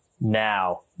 now